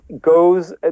goes